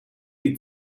die